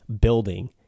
building